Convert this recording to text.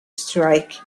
strike